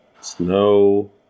Snow